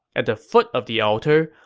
at the foot of the altar,